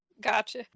Gotcha